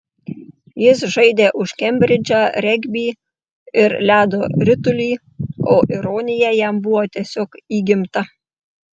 jis žaidė už kembridžą regbį ir ledo ritulį o ironija jam buvo tiesiog įgimta